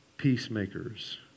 peacemakers